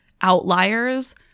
outliers